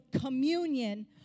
communion